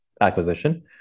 acquisition